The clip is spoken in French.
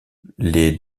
les